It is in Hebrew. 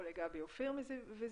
או גבי מ-Viziblezone.